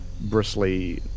bristly